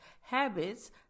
habits